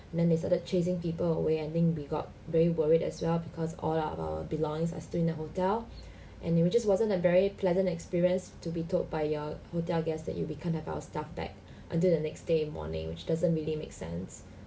then they started chasing people away and then we got very worried as well because all of our belongings are still in the hotel and it was just wasn't a very pleasant experience to be told by your hotel desk that we can't have our stuff back until the next day morning which doesn't really make sense